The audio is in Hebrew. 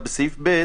(ב)